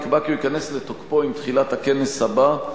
נקבע כי הוא ייכנס לתוקפו עם תחילת הכנס הבא.